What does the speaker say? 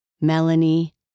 Melanie